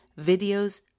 videos